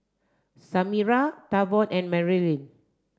Samira Tavon and Merilyn